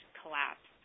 collapse